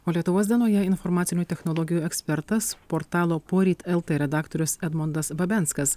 o lietuvos dienoje informacinių technologijų ekspertas portalo poryt lt redaktorius edmondas babenskas